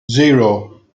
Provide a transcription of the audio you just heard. zero